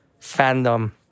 fandom